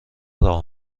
راه